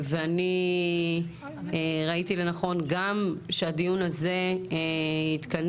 ואני ראיתי לנכון גם שהדיון הזה יתכנס.